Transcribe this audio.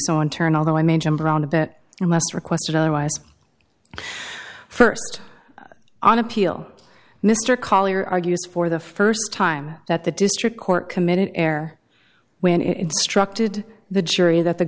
so in turn although i may jump around a bit you must request it otherwise first on appeal mr collyer argues for the st time that the district court committed air when it instructed the jury that the